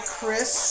Chris